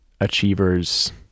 achievers